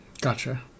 Gotcha